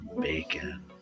Bacon